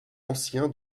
ancien